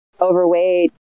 overweight